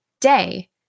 day